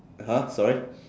!huh! sorry